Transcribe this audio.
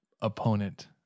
opponent